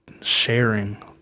sharing